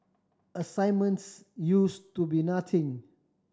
assignments use to be nothing